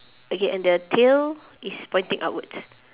okay and their tail is pointing upwards